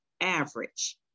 average